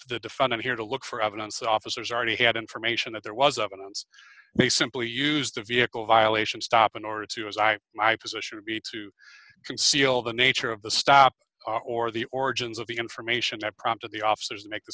the defendant here to look for evidence officers already had information that there was evidence they simply used the vehicle violation stop in order to as i my position would be to conceal the nature of the stop or the origins of the information that prompted the officers to make the